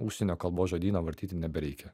užsienio kalbos žodyno vartyti nebereikia